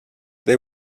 they